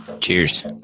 Cheers